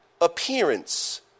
appearance